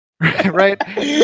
right